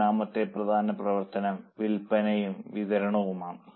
മൂന്നാമത്തെ പ്രധാന പ്രവർത്തനം വിൽപ്പനയും വിതരണവുമാണ്